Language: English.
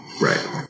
Right